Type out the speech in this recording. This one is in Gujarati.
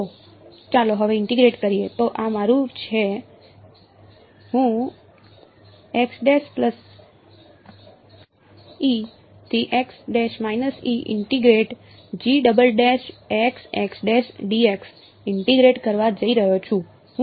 તો ચાલો હવે ઇન્ટીગ્રેટ કરીએ તો આ મારું છે હું ઇન્ટીગ્રેટ કરવા જઈ રહ્યો છું